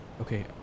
Okay